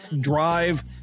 drive